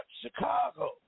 Chicago